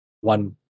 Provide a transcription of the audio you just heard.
one